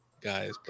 guys